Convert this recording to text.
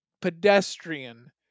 pedestrian